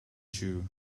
jew